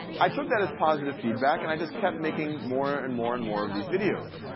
i took that as positive feedback, and i just kept making more, and more, and more of these videos.